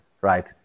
right